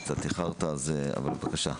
קצת איחרת, אבל בבקשה.